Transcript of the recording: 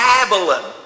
Babylon